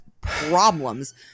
problems